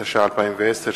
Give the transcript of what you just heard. התש"ע 2010,